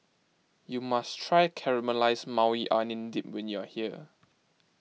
you must try Caramelized Maui Onion Dip when you are here